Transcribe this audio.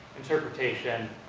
interpretation,